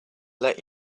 let